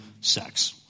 sex